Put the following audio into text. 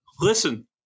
listen